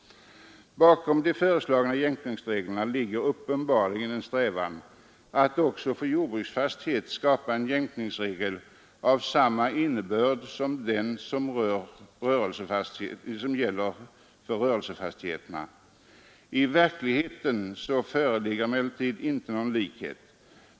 Bakom den föreslagna jämkningsregeln ligger uppenbarligen en strävan att också för jordbruksfastighet skapa en jämkningsregel av samma innebörd som den för rörelsefastighet gällande. I verkligheten föreligger emellertid inte någon likhet.